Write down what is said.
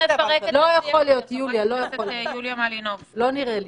לא נראה לי.